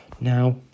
now